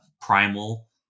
primal